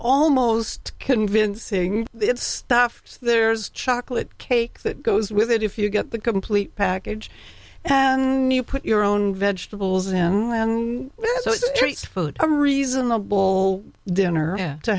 almost convincing stuff there's chocolate cake that goes with it if you get the complete package and you put your own vegetables in treats food a reason the dinner to